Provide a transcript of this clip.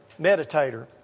Meditator